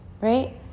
Right